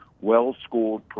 well-schooled